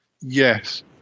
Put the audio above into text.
yes